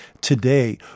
today